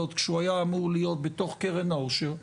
כשהוא היה אמור להיות בתוך קרן העושר,